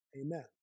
Amen